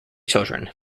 children